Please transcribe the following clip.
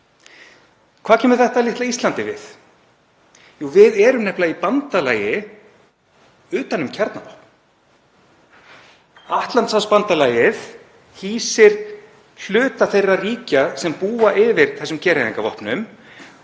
Hvað kemur þetta litla Íslandi við? Við erum nefnilega í bandalagi utan um kjarnavopn. Atlantshafsbandalagið hýsir hluta þeirra ríkja sem búa yfir þessum gereyðingarvopnum